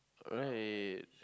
right